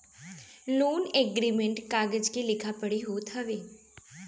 loan agreement कागज के लिखा पढ़ी होत हवे